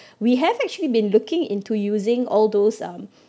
we have actually been looking into using all those um